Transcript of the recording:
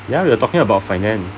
ya we are talking about finance